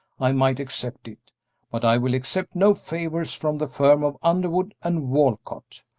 i might accept it but i will accept no favors from the firm of underwood and walcott.